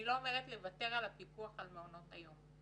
אני לא אומרת לוותר על הפיקוח על מעונות היום.